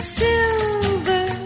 silver